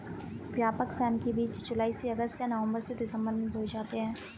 व्यापक सेम के बीज जुलाई से अगस्त या नवंबर से दिसंबर में बोए जाते हैं